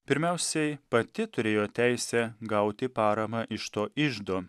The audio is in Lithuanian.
pirmiausiai pati turėjo teisę gauti paramą iš to iždo